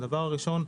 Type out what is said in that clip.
ראשית,